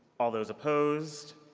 all those opposed?